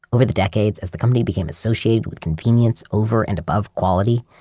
over the decades, as the company became associated with convenience over and above quality,